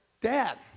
Dad